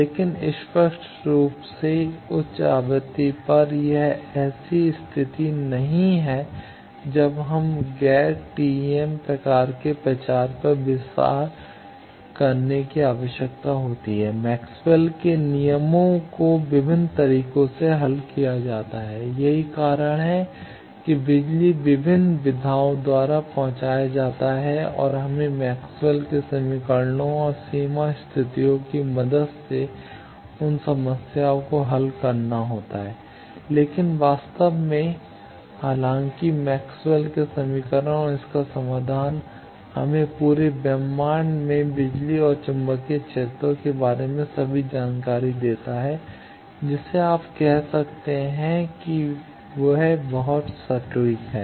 लेकिन स्पष्ट रूप से उच्च आवृत्ति पर यह ऐसी स्थिति नहीं है जब हमें गैर TEM प्रकार के प्रचार पर विचार करने की आवश्यकता होती है मैक्सवेल के नियमों को विभिन्न तरीकों से हल किया जाता है यही कारण है कि बिजली विभिन्न विधाओं द्वारा पहुँचाया जाता है और हमें मैक्सवेल के समीकरणों और सीमा स्थितियों की मदद से उन समस्याओं को हल करना होगा लेकिन वास्तव में हालांकि मैक्सवेल के समीकरण और इसका समाधान हमें पूरे ब्रह्मांड में बिजली और चुंबकीय क्षेत्र के बारे में सभी जानकारी देता है जिसे आप कह सकते हैं और हम बहुत सटीक हैं